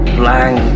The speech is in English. blank